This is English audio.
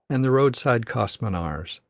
and the roadside kos-minars,